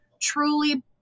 truly